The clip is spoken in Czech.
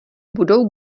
budou